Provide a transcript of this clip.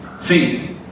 Faith